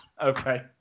Okay